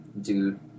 dude